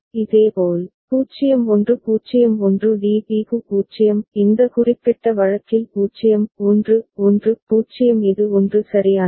இதேபோல் 0 1 0 1 DB க்கு 0 இந்த குறிப்பிட்ட வழக்கில் 0 1 1 0 இது 1 சரியானது